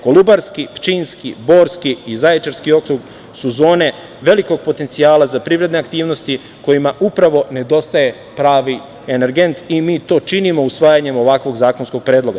Kolubarski, Pčinjski, Borski i Zaječarski okrug su zone velikog potencijala za privredne aktivnosti kojima upravo nedostaje pravi energent i mi to činimo usvajanjem ovakvog zakonskog predloga.